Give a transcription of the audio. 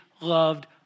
loved